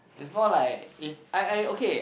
is more like if I I okay